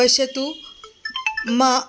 पश्यतु मम